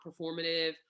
performative